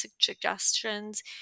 suggestions